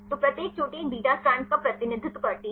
तो प्रत्येक चोटी एक बीटा स्ट्रैंड का प्रतिनिधित्व करती है